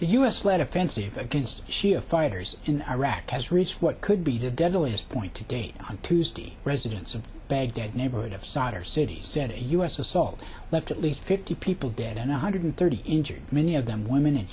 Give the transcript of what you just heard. the u s led offensive against shia fighters in iraq has reached what could be the devil as point to date on tuesday residents of baghdad neighborhood of solder city said to us assault left at least fifty people dead and one hundred thirty injured many of them women and